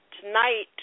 Tonight